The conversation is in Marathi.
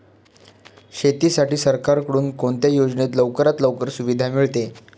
शेतीसाठी सरकारकडून कोणत्या योजनेत लवकरात लवकर सुविधा मिळते?